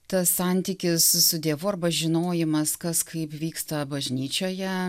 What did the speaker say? tas santykis su dievu arba žinojimas kas kaip vyksta bažnyčioje